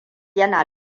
yana